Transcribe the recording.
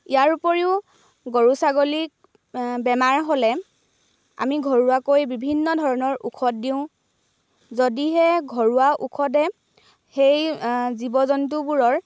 ইয়াৰ উপৰিও গৰু ছাগলীক বেমাৰ হ'লে আমি ঘৰুৱাকৈ বিভিন্ন ধৰণৰ ঔষধ দিওঁ যদিহে ঘৰুৱা ঔষধে সেই জীৱ জন্তুবোৰৰ